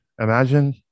imagine